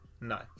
no